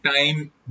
time